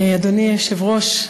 אדוני היושב-ראש,